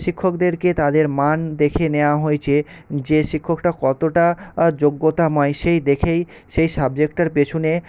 শিক্ষকদেরকে তাদের মান দেখে নেয়া হয়েছে যে শিক্ষকটা কতটা যোগ্যতাময় সেই দেখেই সেই সাবজেক্টটার পেছনে